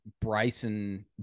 Bryson